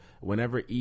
Whenever